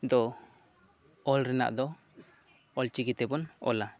ᱫᱚ ᱚᱞ ᱨᱮᱱᱟᱜ ᱫᱚ ᱚᱞ ᱪᱤᱠᱤ ᱛᱮᱵᱚᱱ ᱚᱞᱟ